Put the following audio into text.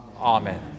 Amen